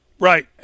Right